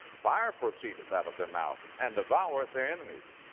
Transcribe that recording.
fire proceedeth out of their mouth, and devoureth their enemies.